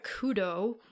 Kudo